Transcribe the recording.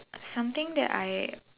something that I